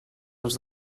els